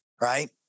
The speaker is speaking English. right